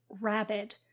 rabid